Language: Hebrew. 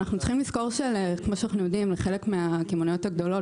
אנחנו צריכים לזכור שלחלק מהקמעונאיות הגדולות